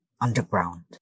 underground